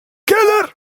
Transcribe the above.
keller